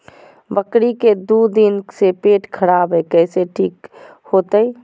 बकरी के दू दिन से पेट खराब है, कैसे ठीक होतैय?